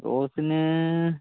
റോസിന്